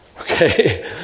okay